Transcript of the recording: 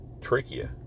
trachea